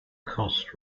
cost